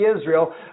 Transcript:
Israel